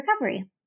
recovery